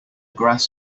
grass